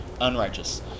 unrighteous